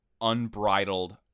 unbridled